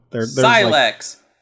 Silex